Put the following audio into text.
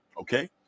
okay